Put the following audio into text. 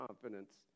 confidence